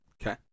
Okay